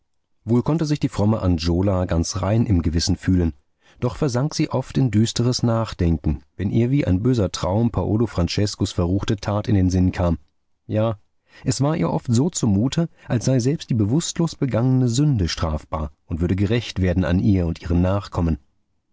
wohl konnte sich die fromme angiola ganz rein im gewissen fühlen und doch versank sie oft in düsteres nachdenken wenn ihr wie ein böser traum paolo franceskos verruchte tat in den sinn kam ja es war ihr oft so zumute als sei selbst die bewußtlos begangene sünde strafbar und würde gerächt werden an ihr und ihren nachkommen